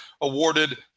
awarded